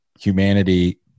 humanity